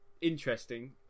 interesting